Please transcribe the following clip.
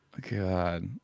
god